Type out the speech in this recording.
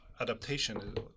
adaptation